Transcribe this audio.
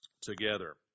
together